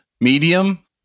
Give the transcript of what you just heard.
Medium